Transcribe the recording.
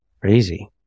Crazy